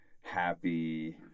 happy